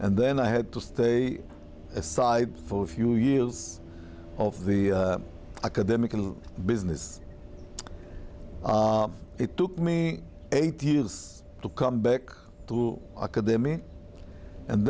and then i had to stay aside for a few years of the academic and business it took me eighteen years to come back to a could there me and